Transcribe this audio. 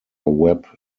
webb